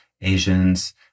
Asians